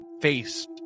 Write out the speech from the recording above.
face